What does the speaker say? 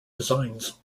designs